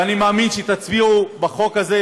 ואני מאמין שתצביעו בעד החוק הזה,